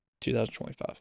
2025